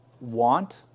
want